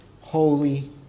holy